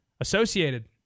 associated